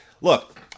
look